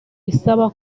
isaba